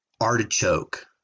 artichoke